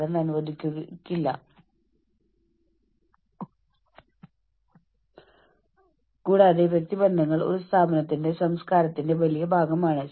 അടുത്ത അഞ്ച് വർഷത്തിനുള്ളിൽ എന്റെ ജീവിതം എങ്ങനെ രൂപപ്പെടും എന്നതിനെക്കുറിച്ച് ഞാൻ ആശങ്കാകുലനാണ്